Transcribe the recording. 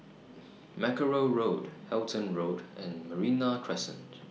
Mackerrow Road Halton Road and Merino Crescent